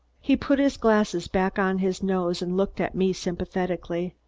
he put his glasses back on his nose and looked at me sympathetically.